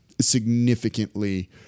significantly